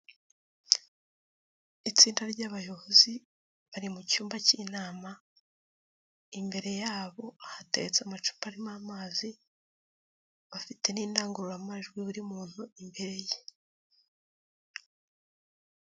Itsinda ry'abayobozi bari mu cyumba k'inama imbere yabo hatetse amacupa arimo amazi bafite n'indangururamajwi buri muntu imbere ye.